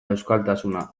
euskaltasuna